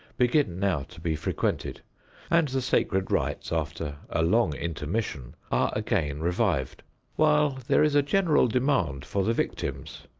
begin now to be frequented and the sacred rites, after a long intermission, are again revived while there is a general demand for the victims,